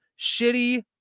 shitty